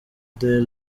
the